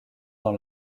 dans